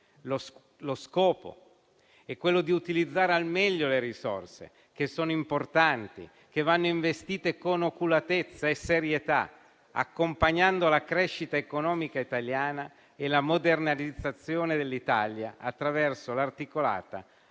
Lo scopo è quello di utilizzare al meglio le risorse, che sono importanti, che vanno investite con oculatezza e serietà, accompagnando la crescita economica italiana e la modernizzazione del Paese attraverso l'articolata